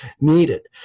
needed